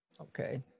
okay